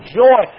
joy